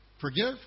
Forgive